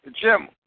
Jim